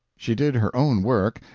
she did her own work,